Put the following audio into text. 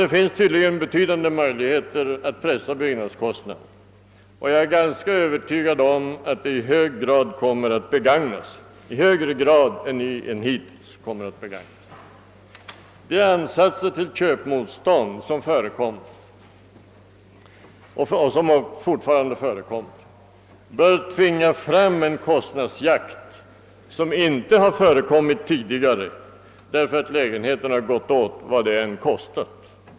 Det finns tydligen avsevärda möjligheter att pressa byggnadskostnaderna, och jag är ganska övertygad om att de i högre grad än hittills kommer att begagnas. De ansatser till köpmotstånd som förekommit och som fortfarande förekommer bör tvinga fram en kostnadsjakt som inte har förekommit tidigare därför att lägenheterna gått åt, vad de än kostat.